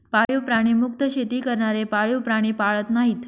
पाळीव प्राणी मुक्त शेती करणारे पाळीव प्राणी पाळत नाहीत